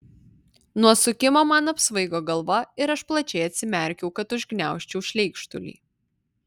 nuo sukimo man apsvaigo galva ir aš plačiai atsimerkiau kad užgniaužčiau šleikštulį